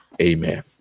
Amen